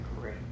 great